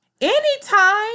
Anytime